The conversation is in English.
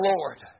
Lord